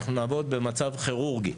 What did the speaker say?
אנחנו נעבוד במצב כירורגי.